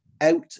out